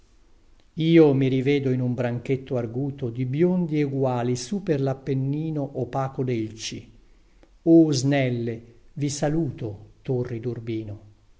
io mi rivedo in un branchetto arguto di biondi eguali su per lappennino opaco delci o snelle vi saluto torri durbino